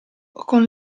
con